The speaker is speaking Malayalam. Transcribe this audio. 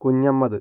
കുഞ്ഞഹമ്മദ്